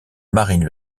marine